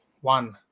one